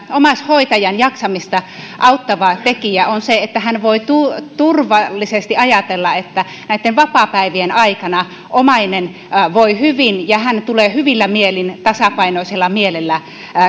omaishoitajan jaksamista auttava tekijä on se että hän voi turvallisesti ajatella että vapaapäivien aikana omainen voi hyvin ja tulee hyvillä mielin tasapainoisella mielellä